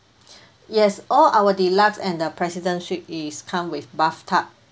yes all our deluxe and the president suite it comes with bathtub